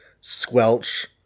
squelch